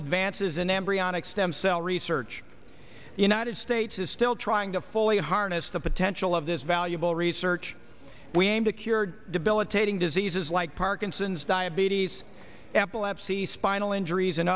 advances in embryonic stem cell research the united states is still trying to fully harness the potential of this valuable research we aim to cure debilitating diseases like parkinson's diabetes epilepsy spinal injuries and